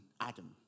Adam